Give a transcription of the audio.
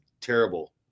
terrible